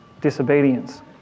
disobedience